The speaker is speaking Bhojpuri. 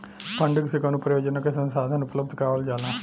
फंडिंग से कवनो परियोजना के संसाधन उपलब्ध करावल जाला